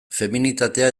feminitatea